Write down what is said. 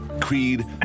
creed